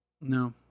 No